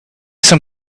some